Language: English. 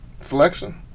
selection